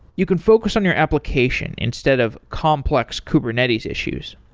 you can focus on your application instead of complex kubernetes issues.